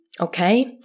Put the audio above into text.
okay